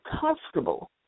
comfortable